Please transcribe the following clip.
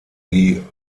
die